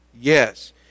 yes